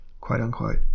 quote-unquote